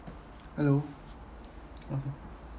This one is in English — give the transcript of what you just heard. hello